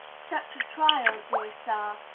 such a trial, dear sir,